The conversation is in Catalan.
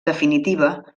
definitiva